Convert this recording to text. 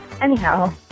Anyhow